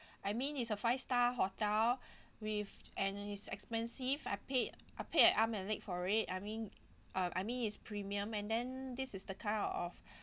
I mean is a five star hotel with and it's expensive I paid I paid an arm and a leg for it I mean uh I mean it's premium and then this is the kind of of